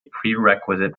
prerequisite